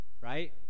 right